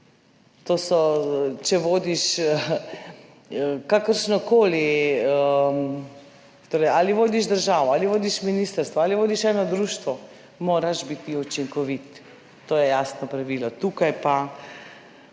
Če vodiš kakršnokoli, torej ali vodiš državo ali vodiš ministrstvo ali vodiš eno društvo, moraš biti učinkovit. To je jasno pravilo. Tukaj pa